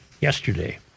yesterday